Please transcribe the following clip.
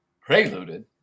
preluded